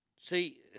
see